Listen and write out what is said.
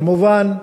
כמובן,